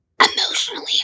Emotionally